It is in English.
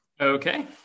okay